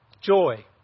joy